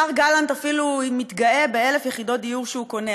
השר גלנט אפילו מתגאה ב-1,000 יחידות דיור שהוא קונה.